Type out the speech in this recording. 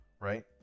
Right